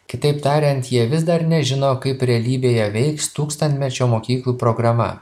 kitaip tariant jie vis dar nežino kaip realybėje veiks tūkstantmečio mokyklų programa